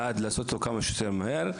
לעשותו כמה שיותר מהר,